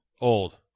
Old